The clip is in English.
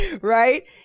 Right